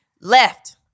left